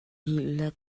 led